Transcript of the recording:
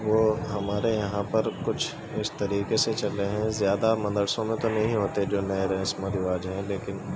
وہ ہمارے یہاں پر کچھ اس طریقے سے چل رہے ہیں زیادہ مدرسوں میں تو نہیں ہوتے جو نئے رسم و رواج ہیں لیکن